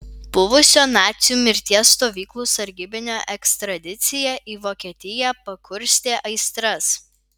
buvusio nacių mirties stovyklų sargybinio ekstradicija į vokietiją pakurstė aistras